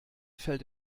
fällt